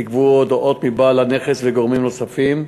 נגבו עדויות מבעל הנכס ומגורמים נוספים,